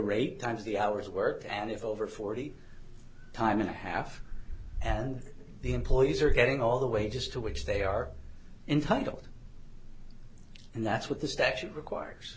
rate times the hours worked and if over forty time and a half and the employees are getting all the way just to which they are entitled and that's what the statute requires